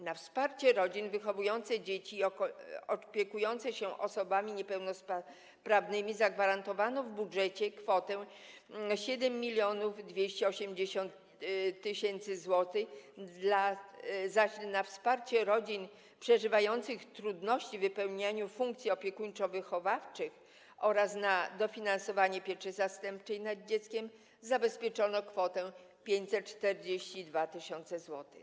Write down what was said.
Na wsparcie rodzin wychowujących dzieci i opiekujących się osobami niepełnosprawnymi zagwarantowano w budżecie kwotę 7280 tys. zł, zaś na wsparcie rodzin mających trudności z wypełnianiem funkcji opiekuńczo-wychowawczych oraz na dofinansowanie pieczy zastępczej nad dzieckiem zabezpieczono kwotę 542 tys. zł.